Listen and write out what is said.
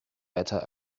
better